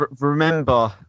Remember